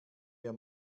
mehr